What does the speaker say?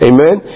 Amen